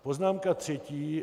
Poznámka třetí.